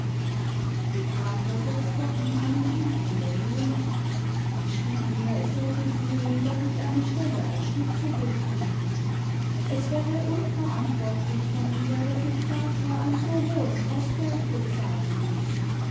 ich bekam vor sechs wochen einen brief von der lene sie schrieb mir ich sollte sehen daß ich eine stelle als stütze bekäme es wäre unverantwortlich von nur daß ich vater ein so hohes kostgeld bezahlen ließe